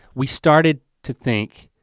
we started to think,